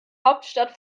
hauptstadt